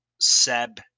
Seb